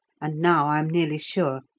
and now i am nearly sure.